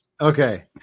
Okay